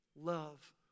love